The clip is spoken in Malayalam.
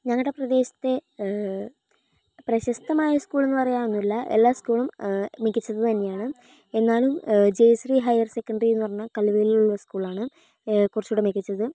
ഞങ്ങളുടെ പ്രദേശത്തെ പ്രശസ്തമായ സ്കൂൾ എന്നുപറയാനൊന്നുമില്ല എല്ലാ സ്കൂളും മികച്ചത് തന്നെയാണ് എന്നാലും ജയശ്രീ ഹയർ സെക്കൻഡറി എന്നുപറഞ്ഞ കല്ലുവയിൽ ഉള്ള സ്കൂൾ ആണ് കുറച്ചൂടെ മികച്ചത്